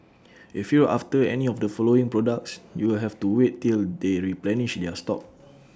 if you're after any of the following products you'll have to wait till they replenish their stock